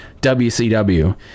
WCW